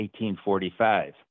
1845